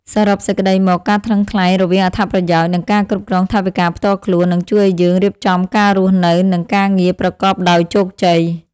សរុបសេចក្តីមក ការថ្លឹងថ្លែងរវាងអត្ថប្រយោជន៍ និងការគ្រប់គ្រងថវិកាផ្ទាល់ខ្លួន នឹងជួយឱ្យយើងរៀបចំការរស់នៅ និងការងារប្រកបដោយជោគជ័យ។